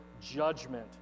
judgment